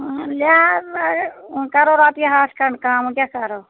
آ یہِ حظ یہِ کَرو رۄپیہِ ہَتھ کھںٛڈ کَم وۅنۍ کیٛاہ کَرو